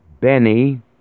Benny